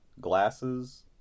glasses